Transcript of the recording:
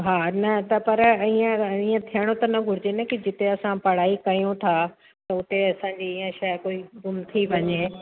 हा न त पर हीअंर ईअं थियणो त न घुर्जे न की जिते असां पढ़ाई कयूं था त हुते असांजी ईअं शइ कोई घुम थी वञे